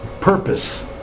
purpose